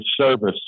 service